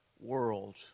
world